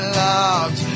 loved